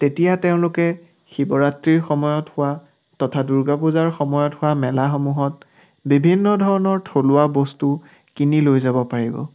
তেতিয়া তেওঁলোকে শিৱৰাত্ৰিৰ সময়ত হোৱা তথা দুৰ্গা পূজাৰ সময়ত হোৱা মেলাসমূহত বিভিন্ন ধৰণৰ থলুৱা বস্তু কিনি লৈ যাব পাৰিব